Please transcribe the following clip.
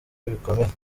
bikomeye